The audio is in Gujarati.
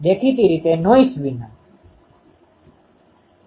જ્યાં અચળ K એ j ૦ 2Π f બધું સમાવે છે